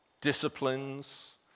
disciplines